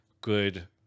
good